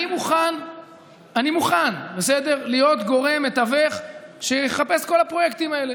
אני מוכן להיות גורם מתווך שיחפש את כל הפרויקטים האלה.